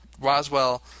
Roswell